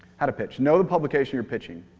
how to pitch? know the publication you're pitching.